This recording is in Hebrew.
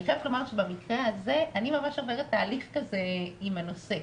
אני חייבת לומר שבמקרה הזה אני ממש עוברת תהליך עם הנושא,